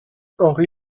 henri